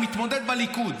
המתמודד בליכוד,